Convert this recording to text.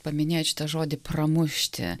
paminėjot šitą žodį pramušti